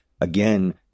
again